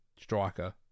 striker